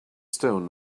stone